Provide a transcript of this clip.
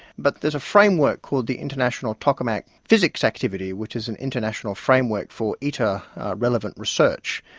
but there's a framework called the international tokamak physics activity, which is an international framework for iter relevant research,